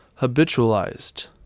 habitualized